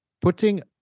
putting